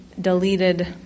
deleted